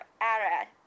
Arad